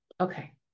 Okay